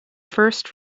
first